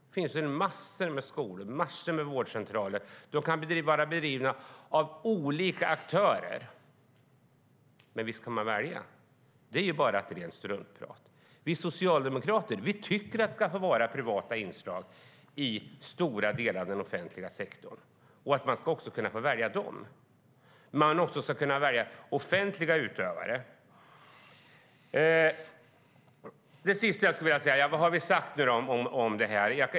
Det finns massor skolor och massor vårdcentraler, och de kan bedrivas av olika aktörer, men visst kan man välja. Det här är bara rent struntprat. Vi socialdemokrater tycker att det ska få vara privata inslag i stora delar av den offentliga sektorn och att man också ska kunna få välja dem. Man ska också kunna välja offentliga utövare. Vad har vi nu sagt om det här?